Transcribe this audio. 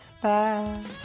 Bye